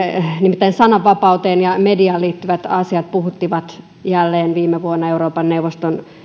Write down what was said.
nimittäin sananvapauteen ja mediaan liittyvät asiat puhuttivat jälleen viime vuonna euroopan neuvoston